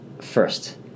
first